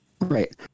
right